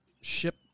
ship